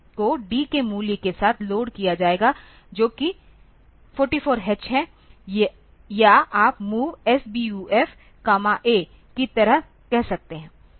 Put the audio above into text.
तो यह SBUF को d के मूल्य के साथ लोड किया जाएगा जो कि 44 h है या आप MOV SBUFA की तरह कह सकते हैं